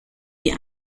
die